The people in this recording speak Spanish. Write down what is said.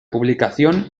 publicación